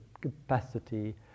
capacity